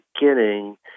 beginning